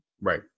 Right